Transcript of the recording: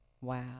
Wow